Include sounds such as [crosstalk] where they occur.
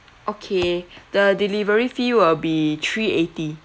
okay [breath] the delivery fee will be three eighty